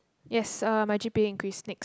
yes uh my G_P_A increased next